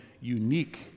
unique